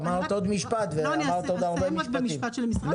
אמרת עוד משפט ואמרת עוד הרבה משפטים אחריו